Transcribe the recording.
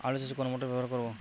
আলু চাষে কোন মোটর ব্যবহার করব?